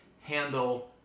handle